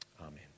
Amen